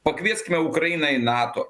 pakvieskime ukrainą į nato